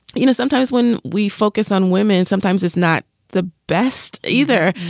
you know, sometimes when we focus on women, sometimes it's not the best either.